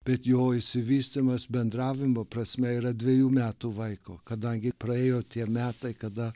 bet jo išsivystymas bendravimo prasme yra dvejų metų vaiko kadangi praėjo tie metai kada